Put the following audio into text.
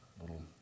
little